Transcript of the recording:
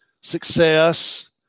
success